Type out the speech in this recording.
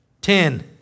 Ten